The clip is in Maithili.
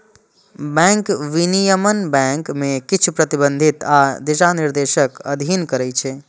बैंक विनियमन बैंक कें किछु प्रतिबंध आ दिशानिर्देशक अधीन करै छै